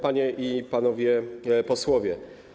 Panie i Panowie Posłowie!